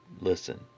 listen